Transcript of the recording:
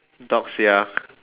dogs ya